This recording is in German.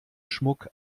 schmuck